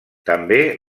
també